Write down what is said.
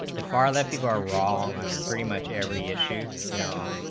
the far left people are wrong and pretty much every issue you know